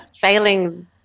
failing